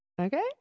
Okay